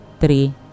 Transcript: three